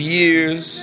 years